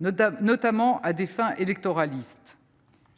notamment à des fins électoralistes.